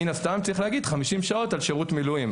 מן הסתם צריך להגיד 50 שעות על שירות מילואים.